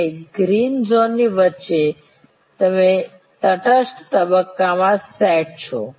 અને આ ગ્રીન ઝોનની વચ્ચે તમે તટસ્થ તબક્કામાં સેટ છો